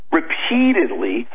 repeatedly